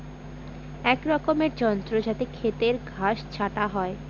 এক রকমের যন্ত্র যাতে খেতের ঘাস ছাটা হয়